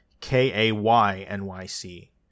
k-a-y-n-y-c